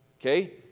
Okay